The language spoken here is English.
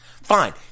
Fine